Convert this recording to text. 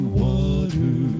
water